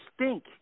stink